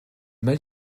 mal